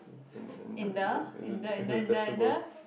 in in in in in the decibels